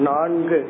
Nang